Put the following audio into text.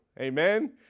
Amen